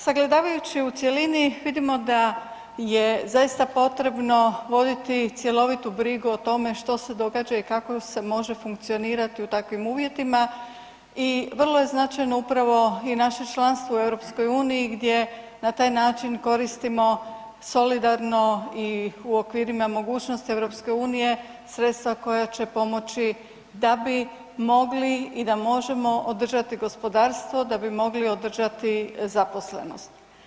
Sagledavajući u cjelini, vidimo da je zaista potrebno voditi cjelovitu brigu o tome što se događa i kako se može funkcionirati u takvim uvjetima i vrlo je značajno upravo i naše članstvo u EU gdje na taj način koristimo solidarno i okvirima mogućnosti EU sredstva koja će pomoći da bi mogli i da možemo održati gospodarstvo, da bi mogli održati zaposlenost.